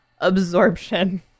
absorption